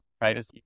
right